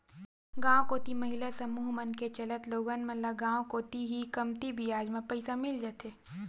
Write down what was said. गांव कोती महिला समूह मन के चलत लोगन मन ल गांव कोती ही कमती बियाज म पइसा मिल जाथे